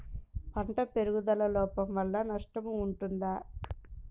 పంటల పెరుగుదల లోపం వలన నష్టము ఉంటుందా?